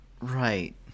Right